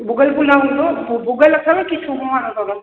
भुॻल पुलाउ हूंदो भुॻल अथव कि थूम वारो अथव